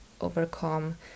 overcome